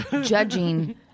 judging